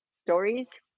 stories